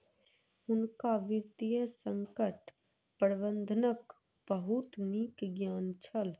हुनका वित्तीय संकट प्रबंधनक बहुत नीक ज्ञान छल